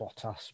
Bottas